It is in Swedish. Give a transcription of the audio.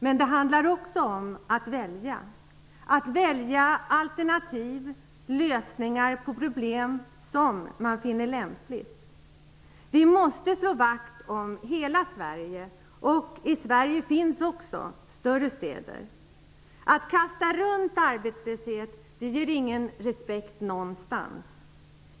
Men det handlar också om att välja -- att välja alternativ och problemlösningar som man finner lämpliga. Vi måste slå vakt om hela Sverige, och i Sverige finns också större städer. Att kasta runt arbetslöshet ger ingen respekt någonstans.